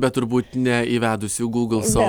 bet turbūt ne įvedusi gugl savo